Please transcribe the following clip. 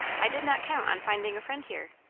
i did not count on finding a friend here.